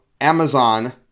Amazon